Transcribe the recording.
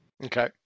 Okay